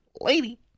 lady